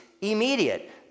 immediate